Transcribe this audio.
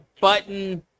button